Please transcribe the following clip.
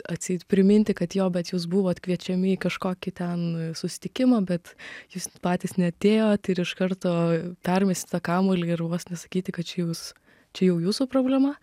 atseit priminti kad jo bet jūs buvot kviečiami į kažkokį ten susitikimą bet jūs patys neatėjot ir iš karto permesti tą kamuolį ir vos ne sakyti kad čia jūs čia jau jūsų problema